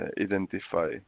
identify